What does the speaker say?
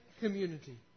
community